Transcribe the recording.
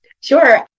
Sure